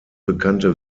bekannte